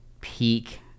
peak